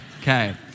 Okay